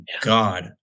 God